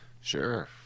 Sure